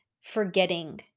forgetting